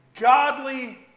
godly